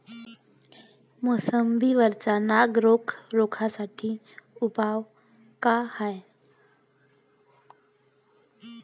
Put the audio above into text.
मोसंबी वरचा नाग रोग रोखा साठी उपाव का हाये?